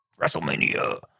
WrestleMania